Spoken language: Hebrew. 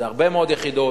זה הרבה מאוד יחידות.